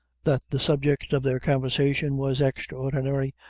that the subject of their conversation was extraordinary,